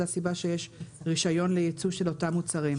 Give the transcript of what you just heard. זאת הסיבה שיש רישיון לייצוא של אותם מוצרים.